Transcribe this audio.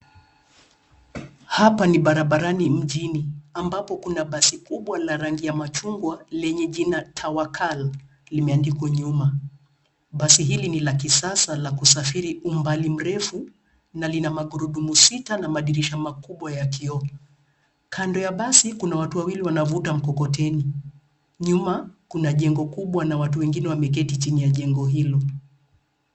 Hapa ni barabarani mjini ambapo kuna basi kubwa la rangi ya machungwa lenye jina Tawakal limeandikwa nyuma. Basi hili ni la kisasa la kusafiri umbali mrefu na lina magurudumu sita na madirisha makubwa ya kioo. Kando ya basi kuna watu wawili wanavuta mkokoteni. Nyumba kuna jengo kubwa na watu wengine wameketi chini ya jengo hilo.